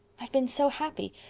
i've been so happy.